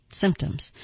symptoms